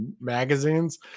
magazines